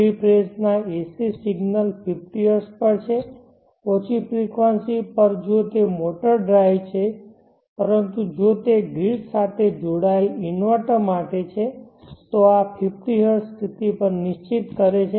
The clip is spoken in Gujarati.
થ્રી ફેઝ ના AC સિગ્નલ્સ 50 હર્ટ્ઝ પર છે ઓછી ફ્રેકવંસી પરજો તે મોટર ડ્રાઇવ છે પરંતુ જો તે ગ્રીડ સાથે જોડાયેલ ઇન્વર્ટર માટે છે તો આ 50 હર્ટ્ઝ પર નિશ્ચિત છે